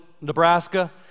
Nebraska